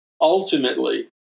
ultimately